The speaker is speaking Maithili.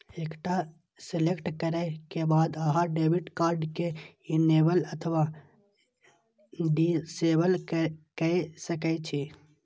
एकरा सेलेक्ट करै के बाद अहां डेबिट कार्ड कें इनेबल अथवा डिसेबल कए सकै छी